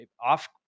off